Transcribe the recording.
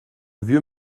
vieux